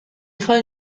خاین